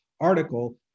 article